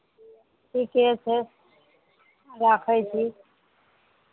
ठीके छै राखै छी